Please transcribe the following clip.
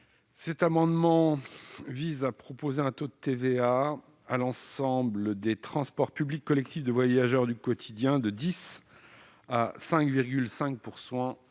Cet amendement vise à faire passer le taux de TVA applicable à l'ensemble des transports publics collectifs de voyageurs du quotidien de 10 % à 5,5